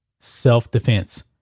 self-defense